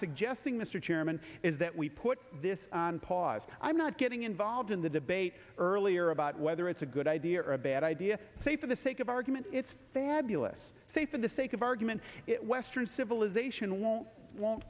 suggesting mr chairman is that we put this on pause i'm not getting involved in the debate earlier about whether it's a good idea or a bad idea say for the sake of argument it's fabulous say for the sake of argument western civilization won't won't